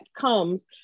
comes